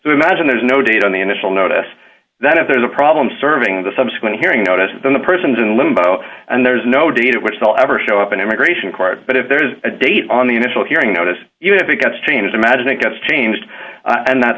imagine there's no date on the initial notice that if there is a problem serving the subsequent hearing notice then the person's in limbo and there's no date at which they'll ever show up in immigration court but if there is a date on the initial hearing notice even if it gets changed imagine it gets changed and that